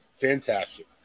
Fantastic